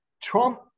Trump